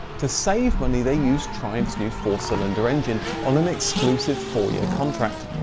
to save money, they used triumph's new four cylinder engine, on an exclusive four year contract.